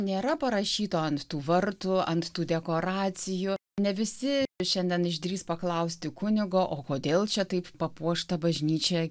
nėra parašyta ant tų vartų ant tų dekoracijų ne visi šiandien išdrįs paklausti kunigo o kodėl čia taip papuošta bažnyčia